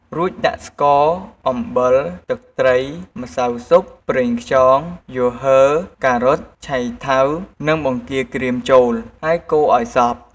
រួចដាក់ស្ករ អំបីល ទឹកត្រី ម្សៅស៊ុប ប្រេងខ្យង យូហឺ ការ៉ុត ឆៃថាវ និងបង្គាក្រៀមចូល ហើយកូរឱ្យសព្វ។